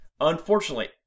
Unfortunately